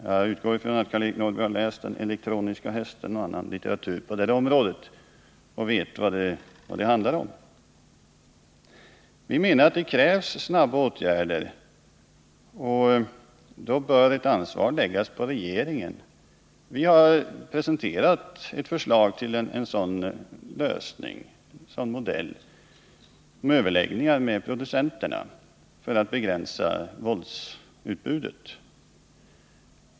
Jag utgår från att Karl-Eric Norrby har läst Den elektroniska hästen och annan litteratur på det här området och vet vad det handlar om. Vi menar att det krävs snabba åtgärder, och då bör ett ansvar läggas på regeringen. Vi har presenterat ett förslag till lösning, en modell som går ut på att överläggningar skall hållas med producenterna för att begränsa våldsutbudet.